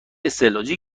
استعلاجی